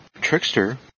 Trickster